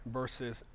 versus